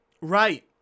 Right